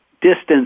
distance